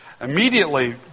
Immediately